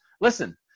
Listen